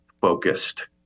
focused